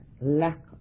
lack